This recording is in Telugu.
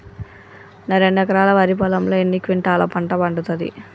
నా రెండు ఎకరాల వరి పొలంలో ఎన్ని క్వింటాలా పంట పండుతది?